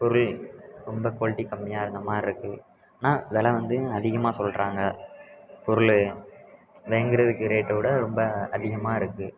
பொருள் ரொம்ப குவாலிட்டி கம்மியாக இருந்த மாதிரி இருக்குது ஆனால் வெலை வந்து அதிகமாக சொல்கிறாங்க பொருள் வாங்குகிறதுக்கு ரேட்டை விட ரொம்ப அதிகமாக இருக்குது